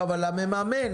אבל המממן?